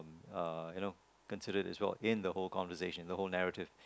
um you know consider as well in the whole conversation the whole narrative